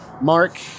Mark